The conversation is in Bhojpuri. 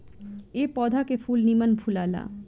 ए पौधा के फूल निमन फुलाला